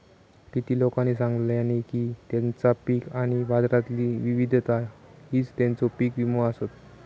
किती लोकांनी सांगल्यानी की तेंचा पीक आणि बाजारातली विविधता हीच तेंचो पीक विमो आसत